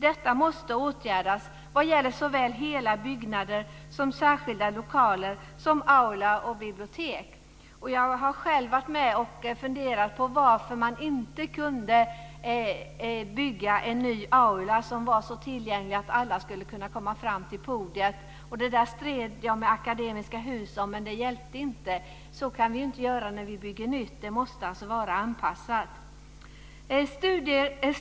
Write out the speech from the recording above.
Detta måste åtgärdas vad gäller såväl hela byggnader som särskilda lokaler, som aula och bibliotek. Jag har själv funderat på varför man inte kunde bygga en ny aula som var så tillgänglig att alla skulle kunna komma fram till podiet. Om detta stred jag med Akademiska Hus, men det hjälpte inte. Så kan man inte göra när man bygger nytt. Det måste alltså vara anpassat för funktionshindrade.